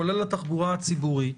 כולל התחבורה הציבורית.